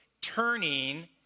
turning